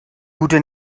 gute